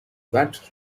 that